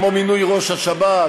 כמו מינוי ראש השב"כ,